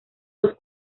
los